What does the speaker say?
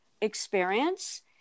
experience